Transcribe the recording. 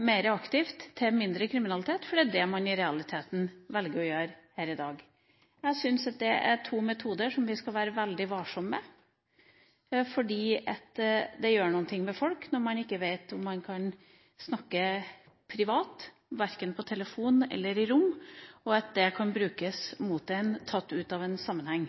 mer aktivt til mindre kriminalitet, det er det man i realiteten velger å gjøre her i dag. Jeg syns det er to metoder vi skal være veldig varsomme med, fordi det gjør noe med folk når man ikke vet om man kan snakke privat, verken på telefon eller i rom, og at det kan brukes mot en, tatt ut av en sammenheng.